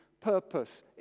purpose